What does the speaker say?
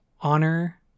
honor